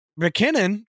McKinnon